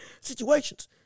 situations